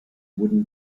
wooden